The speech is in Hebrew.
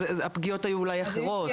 אז הפגיעות היו אולי אחרות.